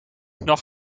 nog